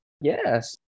Yes